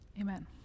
Amen